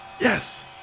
Yes